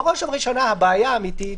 בראש ובראשונה הבעיה האמיתית,